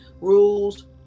rules